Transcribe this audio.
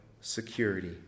security